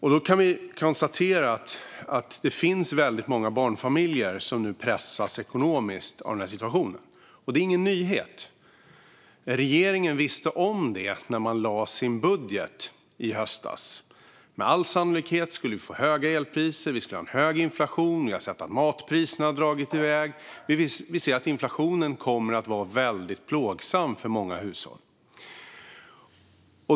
Vi kan konstatera att det finns väldigt många barnfamiljer som nu pressas ekonomiskt av denna situation. Och det är ingen nyhet. Regeringen visste när man lade fram sin budget i höstas att vi med all sannolikhet skulle få höga elpriser och hög inflation. Vi har nu sett att matpriserna har dragit iväg, och vi ser att inflationen kommer att vara väldigt plågsam för många hushåll.